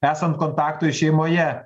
esant kontaktui šeimoje